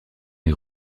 est